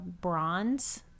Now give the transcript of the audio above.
bronze